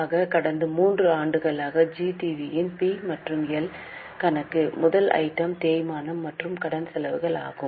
ஆக கடந்த 3 ஆண்டுகளாக ஜீ டிவி யின் பி மற்றும் எல் கணக்கு முதல் ஐட்டம் தேய்மானம் மற்றும் கடன் செலவுகள் ஆகும்